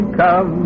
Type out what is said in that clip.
come